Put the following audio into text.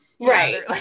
right